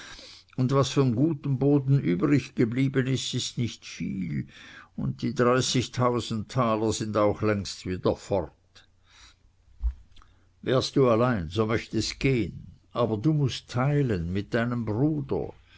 und was von gutem boden übriggeblieben ist ist nicht viel und die dreißigtausend taler sind auch längst wieder fort wärst du allein so möcht es gehn aber du mußt teilen mit deinem bruder